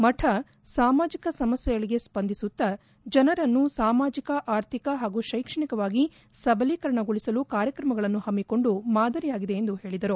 ಮಠ ಸಾಮಾಜಿಕ ಸಮಸ್ಯೆಗಳಿಗೆ ಸ್ವಂದಿಸುತ್ತಾ ಜನರನ್ನು ಸಾಮಾಜಿಕ ಆರ್ಥಿಕ ಹಾಗೂ ಶೈಕ್ಷಣಿಕವಾಗಿ ಸಬಲೀಕರಣಗೊಳಿಸಲು ಕಾರ್ಯಕ್ರಮಗಳನ್ನು ಹಮ್ಮಿಕೊಂಡು ಮಾದರಿಯಾಗಿದೆ ಎಂದು ಹೇಳಿದರು